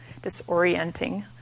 Disorienting